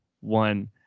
one